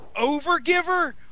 overgiver